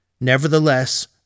Nevertheless